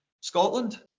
Scotland